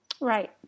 Right